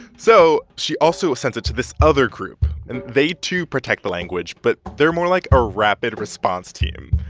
so she also sends it to this other group, and they, too, protect the language, but they're more like a rapid response team.